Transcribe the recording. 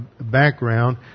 background